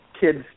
kids